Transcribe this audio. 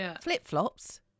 flip-flops